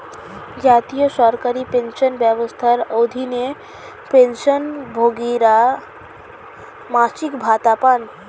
জাতীয় সরকারি পেনশন ব্যবস্থার অধীনে, পেনশনভোগীরা মাসিক ভাতা পান